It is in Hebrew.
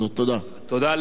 תודה לחבר הכנסת דוד אזולאי.